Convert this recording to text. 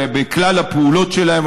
בכלל הפעולות שלהם.